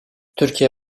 türkiye